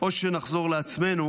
או שנחזור לעצמנו